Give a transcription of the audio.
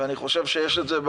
ואני חושב שיש את זה,